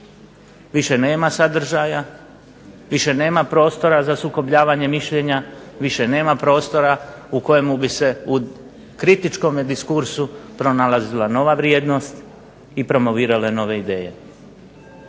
Više nema sadržaja, više nema prostora za sukobljavanje mišljenja, više prostora u kojemu bi se u kritičkom diskursu pronalazila nova vrijednost i promovirale nove ideje.